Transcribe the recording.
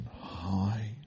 high